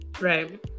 right